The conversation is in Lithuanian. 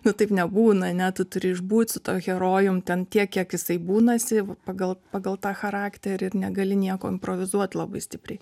nu taip nebūna ane tu turi išbūt su tuo herojum ten tiek kiek jisai būnasi v pagal pagal tą charakterį ir negali nieko improvizuot labai stipriai